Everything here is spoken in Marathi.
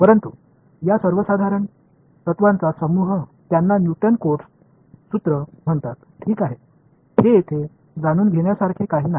परंतु या सर्वसाधारण तत्त्वांचा समूह त्यांना न्यूटन कोट्स सूत्र म्हणतात ठीक आहे हे येथे जाणून घेण्यासारखे काही नाही